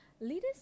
Leaders